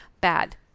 bad